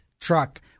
truck